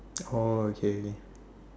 oh okay okay